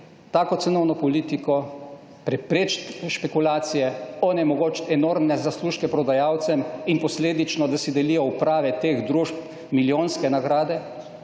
tako cenovno politiko, preprečiti špekulacije, onemogočiti enormne zaslužke prodajalcem in posledično, da si delijo uprave teh družb milijonske nagrade.